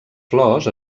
flors